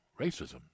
racism